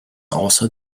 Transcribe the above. also